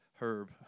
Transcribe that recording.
herb